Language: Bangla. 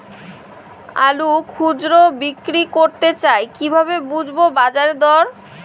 আলু খুচরো বিক্রি করতে চাই কিভাবে বুঝবো বাজার দর?